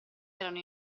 erano